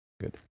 Good